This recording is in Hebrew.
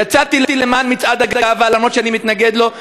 יצאתי למען מצעד הגאווה אף שאני מתנגד לו,